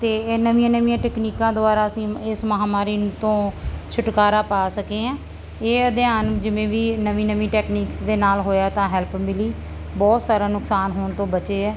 'ਤੇ ਇਹ ਨਵੀਆਂ ਨਵੀਆਂ ਟਕਨੀਕਾਂ ਦੁਆਰਾ ਅਸੀਂ ਇਸ ਮਹਾਂਮਾਰੀ ਤੋਂ ਛੁਟਕਾਰਾ ਪਾ ਸਕੇ ਹਾਂ ਇਹ ਅਧਿਐਨ ਜਿਵੇਂ ਵੀ ਨਵੀਂ ਨਵੀਂ ਟੈਕਨੀਕਸ ਦੇ ਨਾਲ ਹੋਇਆ ਤਾਂ ਹੈਲਪ ਮਿਲੀ ਬਹੁਤ ਸਾਰਾ ਨੁਕਸਾਨ ਹੋਣ ਤੋਂ ਬਚੇ ਹੈ